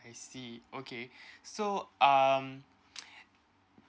I see okay so um